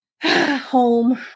Home